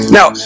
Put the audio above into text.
Now